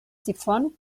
difon